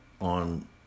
on